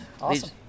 Awesome